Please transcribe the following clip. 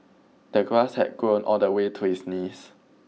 the grass had grown all the way to his knees